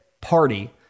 party